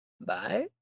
bye